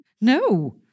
No